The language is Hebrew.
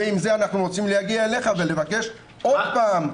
ועם זה אנחנו רוצים להגיע אליך ולבקש עוד פעם.